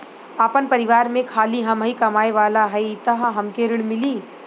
आपन परिवार में खाली हमहीं कमाये वाला हई तह हमके ऋण मिली?